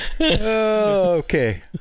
Okay